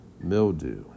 mildew